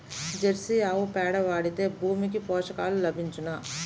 Jersey ఆవు పేడ వాడితే భూమికి పోషకాలు లభించునా?